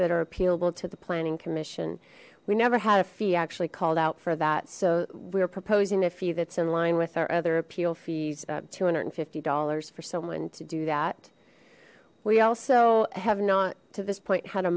that are appealable to the planning commission we never had a fee actually called out for that so we're proposing a fee that's in line with our other appeal fees of two hundred and fifty dollars for someone to do that we also have not to this point had a